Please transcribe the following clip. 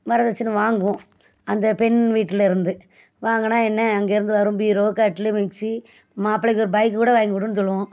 வரதட்சணை வாங்குவோம் அந்த பெண் வீட்டில் இருந்து வாங்கினா என்ன அங்கேருந்து வரும் பீரோ கட்டிலு மிக்ஸி மாப்பிள்ளைக்கு ஒரு பைக் கூட வாங்கி கொடுன்னு சொல்லுவோம்